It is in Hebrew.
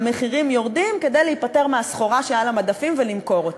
המחירים יורדים כדי להיפטר מהסחורה שעל המדפים ולמכור אותה.